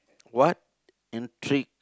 what intrigue